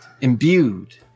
imbued